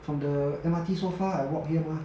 from the M_R_T so far I walk here mah